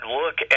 look